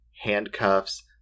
handcuffs